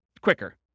quicker